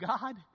God